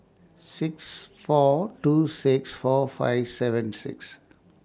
six four two six four five seven six